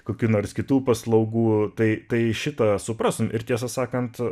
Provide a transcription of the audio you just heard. kokių nors kitų paslaugų tai tai šitą suprastum ir tiesą sakant